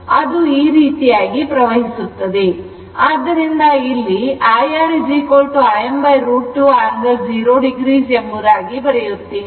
ಆದ್ದರಿಂದ ಇಲ್ಲಿ IR Im√ 2 angle 0 o ಎಂಬುದಾಗಿ ಬರೆಯುತ್ತೇನೆ